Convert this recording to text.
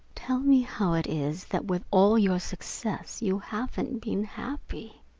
tell me how it is that with all your success you haven't been happy?